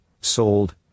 sold